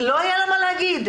לא היה משהו להגיד.